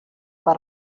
per